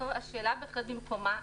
השאלה בהחלט במקומה.